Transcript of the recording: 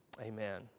Amen